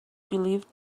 believed